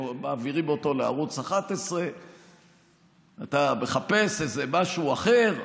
מעבירים אותו לערוץ 11. אתה מחפש איזה משהו אחר,